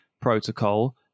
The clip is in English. protocol